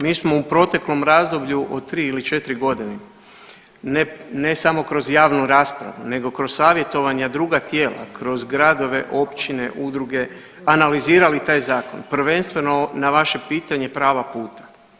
Mi smo u proteklom razdoblju od tri ili četiri godine ne samo kroz javnu raspravu nego kroz savjetovanja druga tijela, kroz gradove, općine, udruge analizirali taj zakon, prvenstveno na vaše pitanje prava puta.